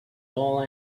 all